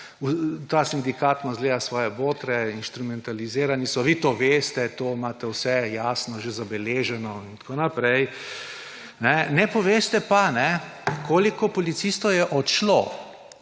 ta sindikat ima izgleda svoje botre, so inštrumentalizirani. Vi to veste, vse imate jasno že zabeleženo in tako naprej. Ne poveste pa, koliko policistov je odšlo